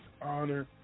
honor